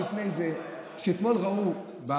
אבל לפני זה אני רוצה לומר שאתמול ראו את